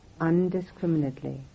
undiscriminately